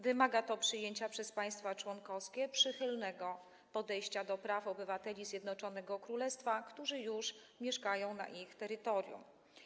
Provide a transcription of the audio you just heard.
Wymaga to przyjęcia przez państwa członkowskie przychylnego podejścia do praw obywateli Zjednoczonego Królestwa, którzy już mieszkają na ich terytorium.